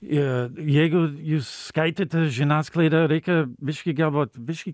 i jeigu jūs skaitėte žiniasklaidoj reikia biškį gelvot biškį